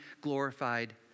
glorified